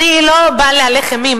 אני לא באה להלך אימים,